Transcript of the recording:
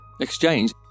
exchange